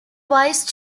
vice